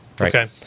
Okay